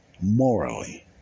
morally